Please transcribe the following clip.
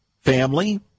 family